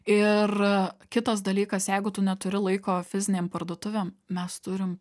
ir kitas dalykas jeigu tu neturi laiko fizinėm parduotuvėm mes turim